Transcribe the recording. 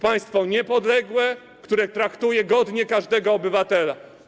Państwo niepodległe, które traktuje godnie każdego obywatela.